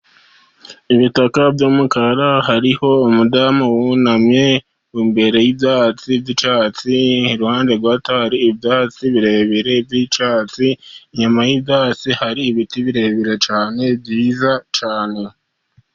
Ibitaka by'umukara hariho umudamu wunamye imbere y'ibyatsi by'icyatsi, iruhande rwe hatari ibyatsi birebire by'icyatsi, inyuma y'ibyatsi hari ibiti birebire cyane byiza cyane .